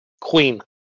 Queen